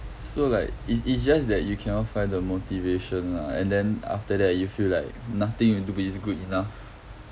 so like it's it's just that you cannot find the motivation lah and then after that you feel like nothing you do is good enough